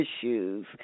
issues